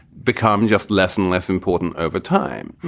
become just less and less important over time.